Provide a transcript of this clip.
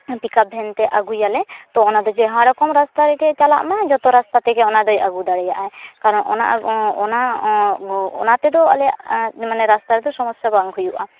pickup ᱵᱷᱮᱱ ᱛᱮ ᱟᱹᱜᱩᱭᱟᱞᱮ ᱛᱳ ᱚᱱᱟᱫᱚ ᱡᱟᱦᱟᱸ ᱨᱚᱠᱚᱢ ᱨᱟᱥᱛᱟ ᱨᱮᱜᱮ ᱪᱟᱞᱟᱜ ᱢᱟ ᱡᱚᱛᱚ ᱨᱟᱥᱛᱟ ᱛᱮᱜᱮ ᱚᱱᱟᱫᱚᱭ ᱟᱹᱜᱩ ᱫᱟᱲᱮᱭᱟᱜᱼᱟᱭ ᱠᱟᱨᱚᱱ ᱚᱱᱟᱛᱮᱫᱚ ᱟᱞᱮᱭᱟᱜ ᱢᱟᱱᱮ ᱨᱟᱥᱛᱟᱨᱮ ᱫᱚ ᱥᱚᱢᱚᱥᱥᱟ ᱵᱟᱝ ᱦᱩᱭᱩᱜᱼᱟ